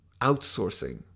outsourcing